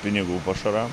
pinigų pašaram